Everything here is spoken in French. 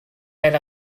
elle